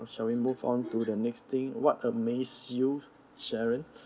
shall we move on to the next thing what amaze you sharon